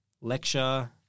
lecture